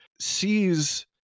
sees